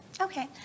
Okay